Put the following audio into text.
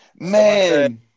Man